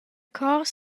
cor